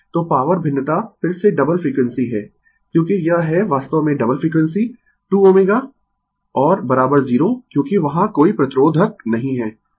तो पॉवर भिन्नता फिर से डबल फ्रीक्वेंसी है क्योंकि यह है वास्तव में डबल फ्रीक्वेंसी 2 ω और 0 क्योंकि वहाँ कोई प्रतिरोधक नहीं है